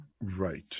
Right